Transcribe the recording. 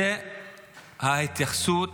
זאת ההתייחסות